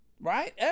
Right